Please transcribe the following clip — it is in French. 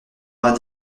vingt